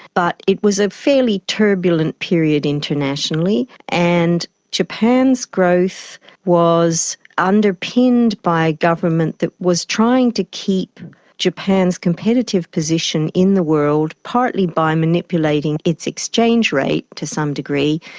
but it was a fairly turbulent period internationally. and japan's growth was underpinned by a government that was trying to keep japan's competitive position in the world partly by manipulating its exchange rate to some degree.